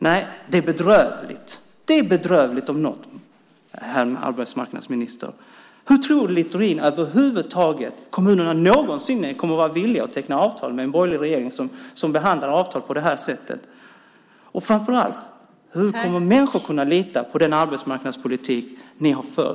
Nej, det är bedrövligt. Det om något är bedrövligt, herr arbetsmarknadsminister. Tror Littorin över huvud taget att kommunerna någonsin kommer att vara villiga att teckna avtal med en borgerlig regering som behandlar avtal på det här sättet? Och framför allt: Hur kommer människor att kunna lita på den arbetsmarknadspolitik ni för?